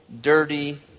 dirty